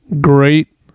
great